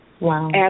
Wow